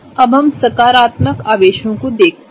अब हम सकारात्मक आवेशों को देखते हैं